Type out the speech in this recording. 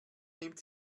nimmt